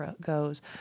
goes